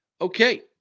Okay